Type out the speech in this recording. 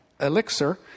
Elixir